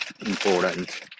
important